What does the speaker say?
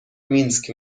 مینسک